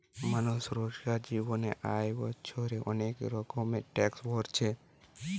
মানুষ রোজকার জীবনে আর বছরে অনেক রকমের ট্যাক্স ভোরছে